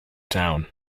town